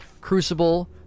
crucible